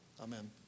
Amen